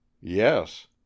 Yes